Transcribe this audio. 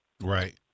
Right